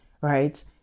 right